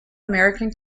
american